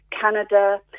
Canada